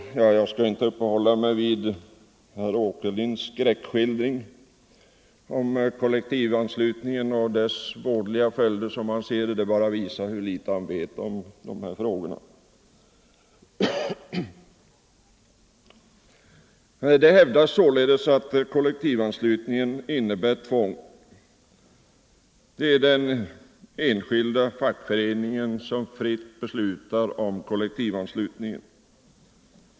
Jag skall inte uppehålla mig vid herr Åkerlinds skräckskildring av kollektivanslutningens vådliga följder. Den visar bara hur litet han vet om dessa frågor. Det hävdas således att kollektivanslutningen innebär tvång. Men det är den enskilda fackföreningen som i frihet beslutar om kollektivanslutningen.